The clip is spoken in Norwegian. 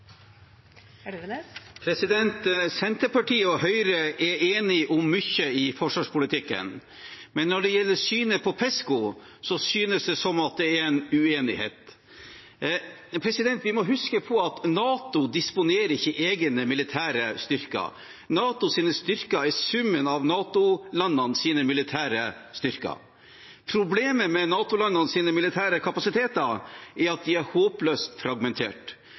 om mye i forsvarspolitikken, men når det gjelder synet på PESCO, synes det som om det er en uenighet. Vi må huske på at NATO ikke disponerer egne militære styrker. NATOs styrker er summen av NATO-landenes militære styrker. Problemet med NATO-landenes militære kapasiteter er at de er håpløst fragmentert.